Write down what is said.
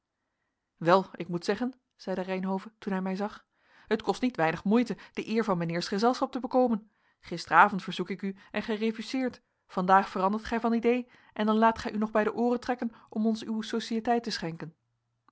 wel ik moet zeggen zeide reynhove toen hij mij zag het kost niet weinig moeite de eer van mijnheers gezelschap te bekomen gisteravond verzoek ik u en gij refuseert vandaag verandert gij van idee en dan laat gij u nog bij de ooren trekken om ons uw sociëteit te schenken